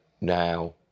now